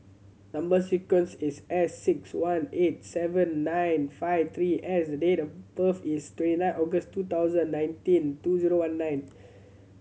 number sequence is S six one eight seven nine five three S date of birth is twenty nine August two thousand and nineteen two zero one nine